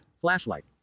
Flashlight